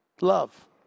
Love